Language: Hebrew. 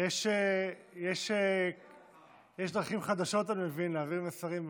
יש דרכים חדשות, אני מבין, להעביר מסרים במליאה.